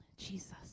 Jesus